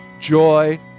joy